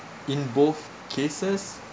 in both cases